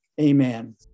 amen